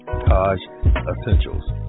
Essentials